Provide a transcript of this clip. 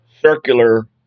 circular